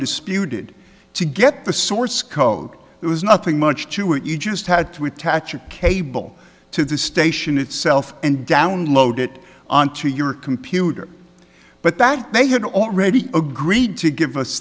disputed to get the source code it was nothing much to eat just had to attach a cable to the station itself and download it onto your computer but that they had already agreed to give us